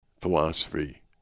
philosophy